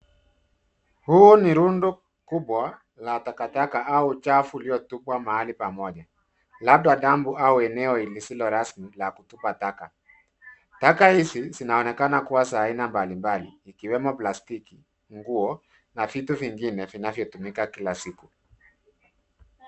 Huu ni rundo kubwa la takataka au uchafu uliotupwa mahali pamoja, labda dump au eneo lisilo rasmi la kutupa taka. Taka hizi zinaonekana kuwa za aina mbalimbali ikiwemo plastiki, nguo na vitu vingine vinavyotumika kila siku.